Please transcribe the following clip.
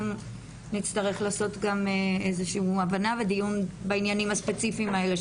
נצטרך לעשות גם הבנה ודיון בעניינים הספציפיים האלה,